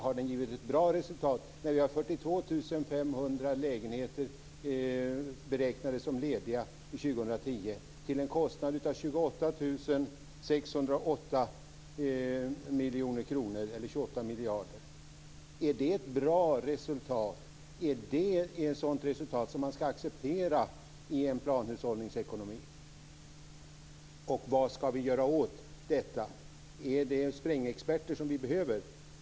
Har den givit ett bra resultat när vi har 42 500 lägenheter som beräknas vara lediga för år 2010 till en kostnad av 28 608 miljoner kronor - eller 28 miljarder? Är det ett bra resultat? Är det ett resultat som man ska acceptera i en planhushållningsekonomi? Vad ska vi göra åt detta? Är det sprängexperter vi behöver?